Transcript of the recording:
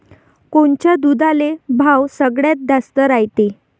कोनच्या दुधाले भाव सगळ्यात जास्त रायते?